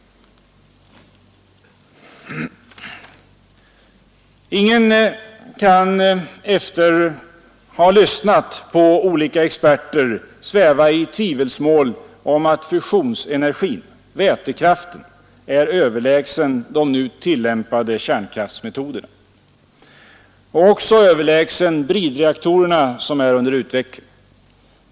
Ingen kan efter att ha lyssnat på olika experter sväva i tvivelsmål om att fusionsenergin, vätekraften, är överlägsen de nu tillämpade kärnkraftmetoderna och även överlägsen bridreaktorerna, som är under utveckling.